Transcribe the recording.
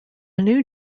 new